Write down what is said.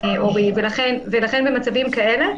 ולכן במצבים כאלה,